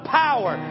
power